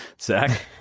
Zach